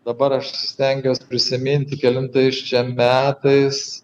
dabar aš stengiuos prisiminti kelintais čia metais